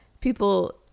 people